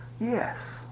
Yes